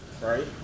right